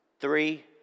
three